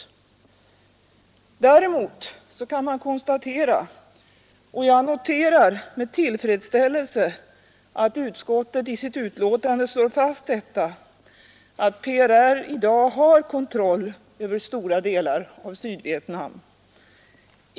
Republiken Syd Däremot kan man konstatera, och jag noterar med tillfredsställelse att vietnams provisoutskottet i sitt utlåtande slår fast detta, att PRR i dag har kontroll över riska revolutionära stora delar av Sydvietnam.